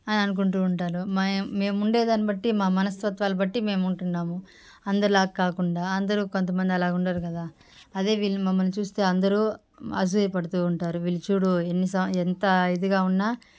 అని అనుకుంటూ ఉంటారు మా మేం ఉండేదాన్ని బట్టి మా మనస్తత్వాలు బట్టి మేం ఉంటున్నాము అందరిలా కాకుండా అందరు కొంతమంది అలాగ ఉండరు కదా అదే వీళ్ళు మమ్మల్ని చూస్తే అందరు అసూయ పడుతూ ఉంటారు వీళ్ళు చూడు ఎన్ని సా ఎంత ఇదిగా ఉన్నా